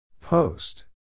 Post